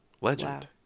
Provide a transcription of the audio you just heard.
Legend